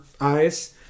eyes